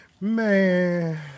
Man